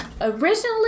originally